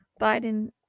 biden